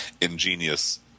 ingenious